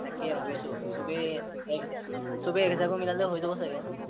তাকে ভাবিছোঁ চবেই এক চবেই এক হাজাৰকৈ মিলালেও হৈ যাব চাগে